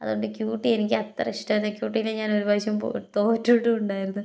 അതുകൊണ്ട് Q T എനിക്ക് അത്ര ഇഷ്ടമല്ല ക്യൂ ട്ടിന് ഞാനൊരു പ്രാവശ്യം പൊ തോറ്റിട്ടുണ്ടായിരുന്നു